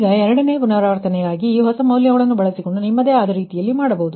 ಈಗ ಎರಡನೆಯ ಪುನರಾವರ್ತನೆಗಾಗಿ ಈ ಹೊಸ ಮೌಲ್ಯಗಳನ್ನು ಬಳಸಿಕೊಂಡು ನಿಮ್ಮದೇ ಆದ ರೀತಿಯಲ್ಲಿ ಮಾಡಬಹುದು